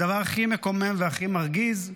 הדבר הכי מקומם והכי מרגיז,